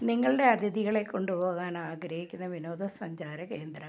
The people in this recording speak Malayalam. നിങ്ങളുടെ അതിഥികളെ കൊണ്ടുപോകാൻ ആഗ്രഹിക്കുന്ന വിനോദ സഞ്ചാര കേന്ദ്രങ്ങൾ